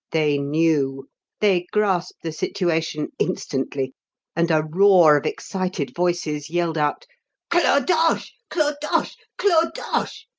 they knew they grasped the situation instantly and a roar of excited voices yelled out clodoche! clodoche! clodoche!